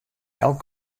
elk